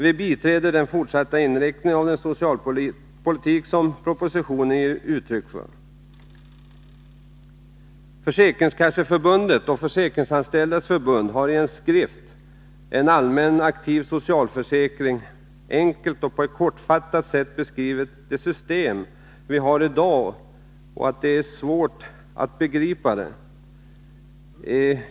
Vi biträder den fortsatta inriktningen av den socialpolitik som propositionen ger uttryck för. Försäkringskasseförbundet och Försäkringsanställdas förbund har i skriften En allmän och aktiv socialförsäkring på ett enkelt och kortfattat sätt beskrivit det system vi har i dag och påpekat att det är svårbegripligt.